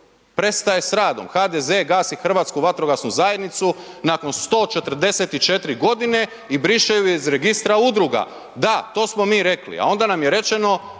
prestaje s radom, HDZ gasi Hrvatsku vatrogasnu zajednicu nakon 144.g. i briše ju iz registra udruga, da to smo mi rekli, a onda nam je rečeno